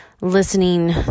listening